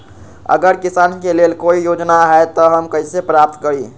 अगर किसान के लेल कोई योजना है त हम कईसे प्राप्त करी?